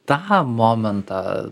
tą momentą